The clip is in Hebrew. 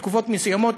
בתקופות מסוימות,